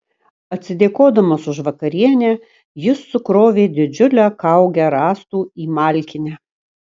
atsidėkodamas už vakarienę jis sukrovė didžiulę kaugę rąstų į malkinę